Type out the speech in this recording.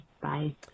Bye